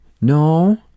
No